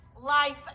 life